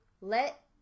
let